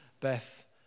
Beth